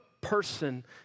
person